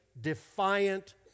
defiant